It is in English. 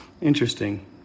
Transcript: Interesting